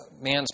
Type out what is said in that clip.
Man's